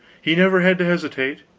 he never had to hesitate,